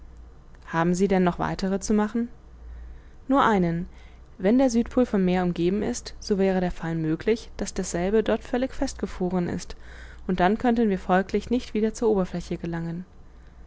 haben sie denn noch weitere zu machen nur einen wenn der südpol von meer umgeben ist so wäre der fall möglich daß dasselbe dort völlig festgefroren ist und dann könnten wir folglich nicht wieder zur oberfläche gelangen